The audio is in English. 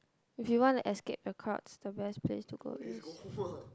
if you want to escape the crowds the best place to go is